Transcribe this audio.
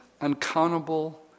uncountable